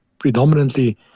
predominantly